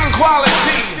quality